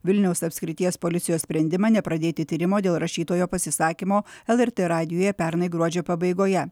vilniaus apskrities policijos sprendimą nepradėti tyrimo dėl rašytojo pasisakymo el er t radijuje pernai gruodžio pabaigoje